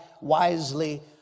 wisely